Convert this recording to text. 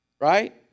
right